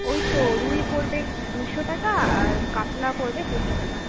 ওই তো রুই পড়বে দুশো টাকা আর কাতলা পড়বে তিনশো টাকা